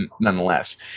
nonetheless